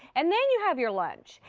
and then you have your lunch.